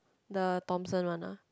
the Thomson one ah